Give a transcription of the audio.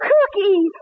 Cookie